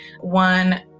one